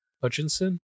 hutchinson